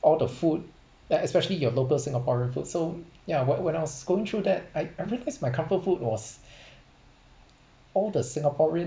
all the food e~ especially your local singaporean food so ya what what else going through that I I realize my comfort food was all the singaporean